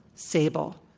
sable,